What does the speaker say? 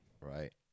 right